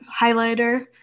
highlighter